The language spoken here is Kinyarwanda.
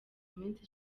minsi